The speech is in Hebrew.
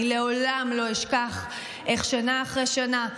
אני לעולם לא אשכח איך שנה אחרי שנה,